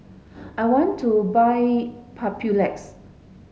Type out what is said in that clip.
I want to buy Papulex